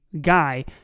guy